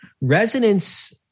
resonance